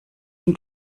ihm